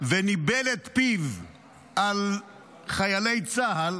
וניבל את פיו על חיילי צה"ל